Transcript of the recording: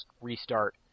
restart